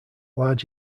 large